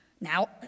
Now